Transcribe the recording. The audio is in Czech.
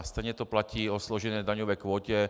Stejně to platí o složené daňové kvótě.